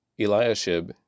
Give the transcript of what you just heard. Eliashib